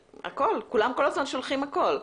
כולם כל הזמן שולחים הכול.